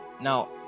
Now